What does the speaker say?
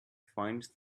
find